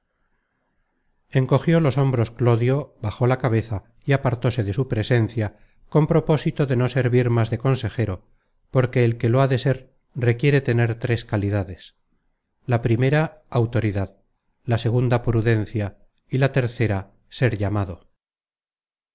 consejos encogió los hombros clodio bajó la cabeza y apartóse de su presencia con propósito de no servir más de consejero porque el que lo ha de ser requiere tener tres calidades la primera autoridad la segunda prudencia y la tercera ser llamado